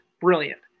Brilliant